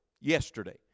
yesterday